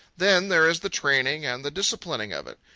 then there is the training and the disciplining of it.